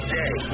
day